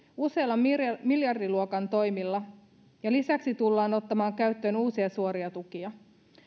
useilla miljardiluokan toimilla ja lisäksi tullaan ottamaan käyttöön uusia suoria tukia